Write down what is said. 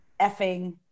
effing